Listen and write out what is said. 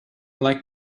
like